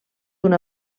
una